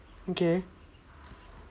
okay